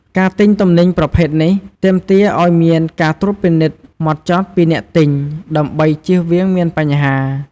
ការទិញទំនិញប្រភេទនេះ ទាមទារអោយមានការត្រួតពិនិត្យហ្មត់ចត់ពីអ្នកទិញដើម្បីជៀសវាងមានបញ្ហា។